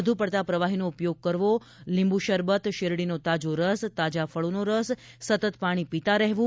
વધુ પડતા પ્રવાહીનો ઉપયોગ કરવો લીંબુ શરબત શેરડીનો તાજો રસ તાજા ફળોનો રસ સતત પાણી પીતા રહેવું